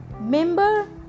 member